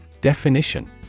Definition